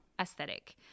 aesthetic